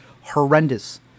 horrendous